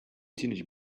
teenage